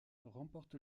remporte